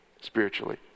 spiritually